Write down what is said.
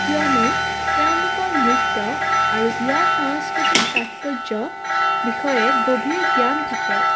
কিয়নো তেওঁলোকৰ নৃত্য আৰু ইয়াৰ সাংস্কৃতিক তাৎপৰ্য বিষয়ে গভীৰ জ্ঞান থাকে